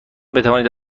بتوانید